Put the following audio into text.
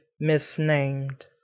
misnamed